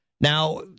Now